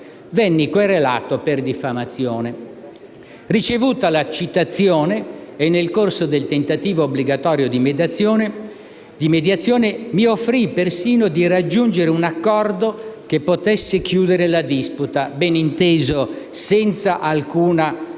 Venni querelato per diffamazione. Ricevuta la citazione, e nel corso del tentativo obbligatorio di mediazione, mi offrii persino di raggiungere un accordo che potesse chiudere la disputa (beninteso, senza alcuna